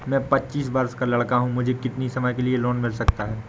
मैं पच्चीस वर्ष का लड़का हूँ मुझे कितनी समय के लिए लोन मिल सकता है?